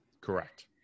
Correct